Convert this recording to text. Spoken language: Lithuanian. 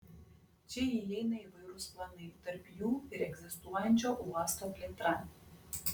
čia įeina įvairūs planai tarp jų ir egzistuojančio uosto plėtra